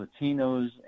Latinos